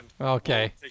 Okay